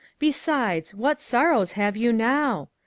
besides, what sorrows have you now?